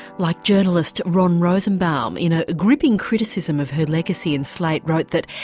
like journalist ron rosenbaum in a gripping criticism of her legacy in slate wrote that,